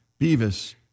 Beavis